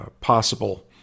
possible